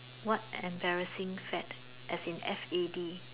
what embarrassing fad as in F_A_D